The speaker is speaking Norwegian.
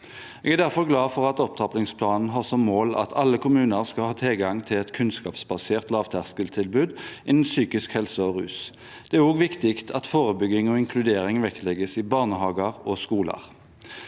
Jeg er derfor glad for at opptrappingsplanen har som mål at alle kommuner skal ha tilgang til et kunnskapsbasert lavterskeltilbud innen psykisk helse og rus. Det er også viktig at forebygging og inkludering vektlegges i barnehager og skoler.